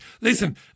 Listen